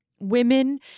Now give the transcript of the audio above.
women